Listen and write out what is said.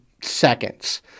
seconds